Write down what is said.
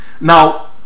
Now